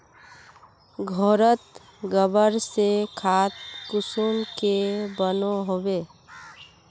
घोरोत गबर से खाद कुंसम के बनो होबे?